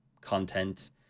content